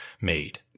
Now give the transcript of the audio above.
made